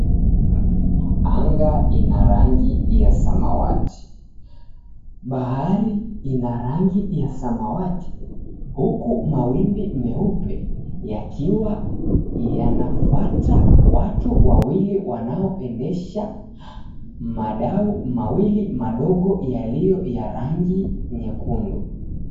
Anga ina rangi ya samawati. Bahari ina rangi ya samawati huku mawimbi meupe yakiwa yanafuata watu wawili wanaoendesha madau mawili madogo yaliyo ya rangi nyekundu.